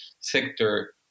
sector